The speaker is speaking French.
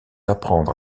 apprendre